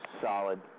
solid